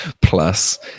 plus